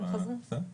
הן חזרו --- בסדר,